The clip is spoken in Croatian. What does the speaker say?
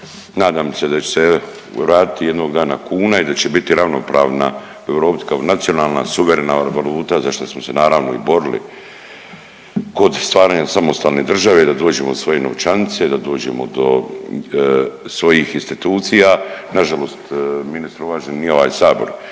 nadam se da će se vratiti jednog dana kuna i da će biti ravnopravna Europi kao nacionalna, suverena valuta za što smo se, naravno, i borili kod stvaranja samostalne države, da dođemo svojim novčanice, da dođemo do svojih institucija. Nažalost, ministre uvaženi, nije ovaj Sabor,